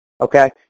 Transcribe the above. Okay